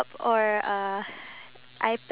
through facial expression